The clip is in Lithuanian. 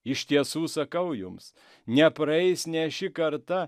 iš tiesų sakau jums nepraeis nė ši karta